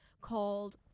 called